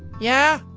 yeah?